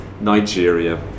Nigeria